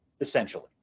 essentially